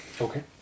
Okay